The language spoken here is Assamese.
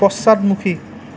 পশ্চাদমুখী